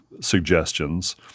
suggestions